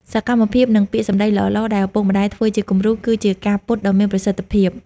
សកម្មភាព និងពាក្យសម្ដីល្អៗដែលឪពុកម្ដាយធ្វើជាគំរូ គឺជាការ «ពត់» ដ៏មានប្រសិទ្ធភាព។